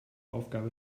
aufgabe